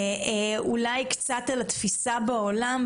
אולי קצת על התפיסה בעולם,